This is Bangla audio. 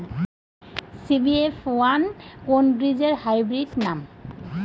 সি.বি.এফ ওয়ান কোন বীজের হাইব্রিড নাম?